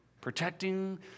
protecting